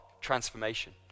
transformation